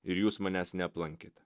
ir jūs manęs neaplankėte